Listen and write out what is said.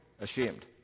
ashamed